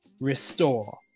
restore